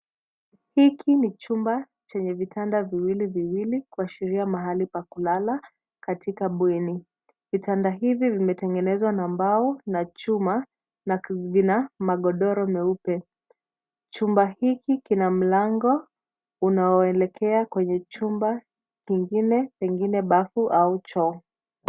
Hiki ni chumba chenye vitanda viwili viwili kuashiria mahali pa kulala katika bweni. Vitanda hivi vimetengenezwa na mbao na chuma na vina magodoro meupe. Chumba hiki kina mlango unaoelekea kwenye chumba kingine pengine bafu au choo.